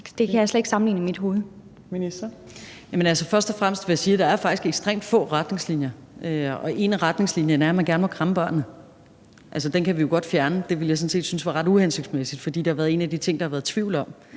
(Pernille Rosenkrantz-Theil): Først og fremmest vil jeg sige, at der faktisk er ekstremt få retningslinjer. En af retningslinjerne er, at man gerne må kramme børnene. Den kan vi jo godt fjerne. Det ville jeg sådan set synes var ret uhensigtsmæssigt, for det har været en af de ting, der har været tvivl om.